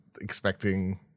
expecting